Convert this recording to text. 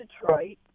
Detroit